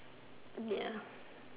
ya